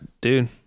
dude